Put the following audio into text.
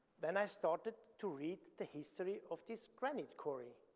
then i started to read the history of this granite quarry.